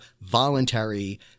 voluntary